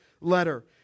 letter